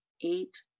eight